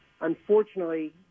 Unfortunately